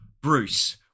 Bruce